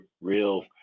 real